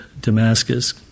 Damascus